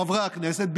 חברי הכנסת,